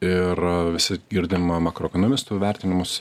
ir visi girdim m makroekonomistų vertinimus